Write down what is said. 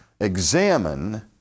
examine